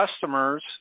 customers